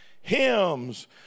hymns